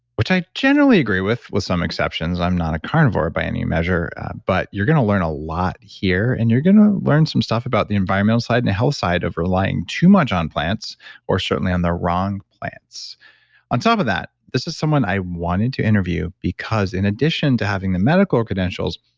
which i generally agree with, with some exceptions. i'm not a carnivore by any measure but you're going to learn a lot here and you're going to learn some stuff about the environmental side and the health side of relying too much on plants or certainly on the wrong plants on top of that, this is someone i wanted to interview because in addition to having the medical credentials,